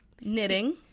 knitting